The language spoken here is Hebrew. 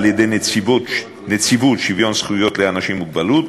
על-ידי נציבות שוויון זכויות לאנשים עם מוגבלות